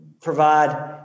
provide